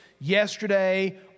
yesterday